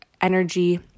energy